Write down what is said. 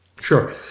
sure